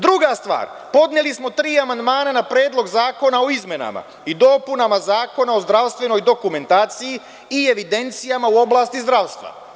Druga stvar, podneli smo tri amandmana na Predlog zakona o izmenama i dopunama Zakona o zdravstvenoj dokumentaciji i evidencijama u oblasti zdravstva.